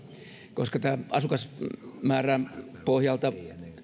koska kompensaatio maksetaan asukasmäärän pohjalta